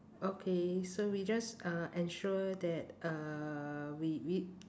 okay so we just uh ensure that uh we we